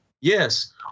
Yes